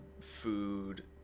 food